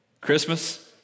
Christmas